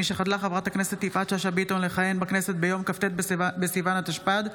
משחדלה חברת הכנסת יפעת שאשא ביטון לכהן בכנסת ביום כ"ט בסיון התשפ"ד,